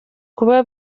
kuba